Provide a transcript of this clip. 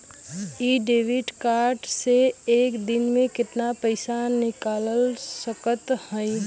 इ debit card से एक दिन मे कितना पैसा निकाल सकत हई?